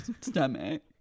stomach